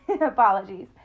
apologies